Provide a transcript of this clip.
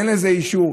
אין לזה אישור,